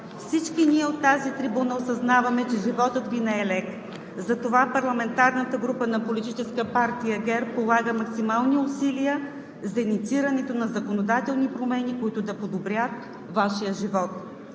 Всички ние от тази трибуна осъзнаваме, че животът Ви не е лек. Затова парламентарната група на Политическа партия ГЕРБ полага максимални усилия за иницииране на законодателни промени, които да подобрят Вашия живот.